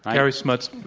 gary smuts,